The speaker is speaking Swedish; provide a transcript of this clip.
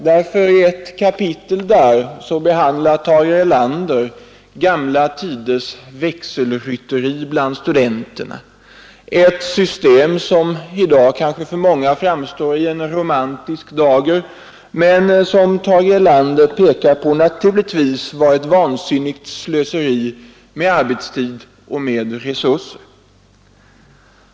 I ett kapitel där berättar Tage Erlander om gamla tiders växelrytteri bland studenterna — ett system som i dag kanske för många framstår i en romantisk dager men, som Tage Erlander påpekar, naturligtvis var ett stort slöseri med arbetstid och resurser.